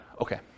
Okay